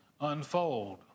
unfold